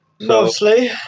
Mostly